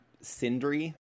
Sindri